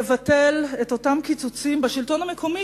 תבטל את אותם קיצוצים בשלטון המקומי,